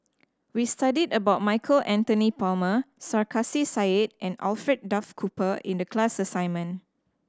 we studied about Michael Anthony Palmer Sarkasi Said and Alfred Duff Cooper in the class assignment